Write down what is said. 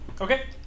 Okay